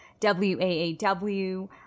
WAAW